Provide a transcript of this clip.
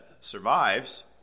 survives